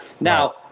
now